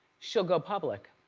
she'll go public.